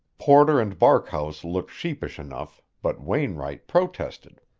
porter and barkhouse looked sheepish enough, but wainwright protested